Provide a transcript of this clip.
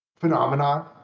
Phenomenon